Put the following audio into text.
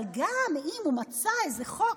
אבל גם אם הוא מצא איזה חוק,